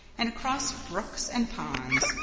and across brooks and ponds,